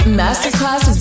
masterclass